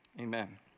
Amen